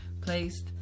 placed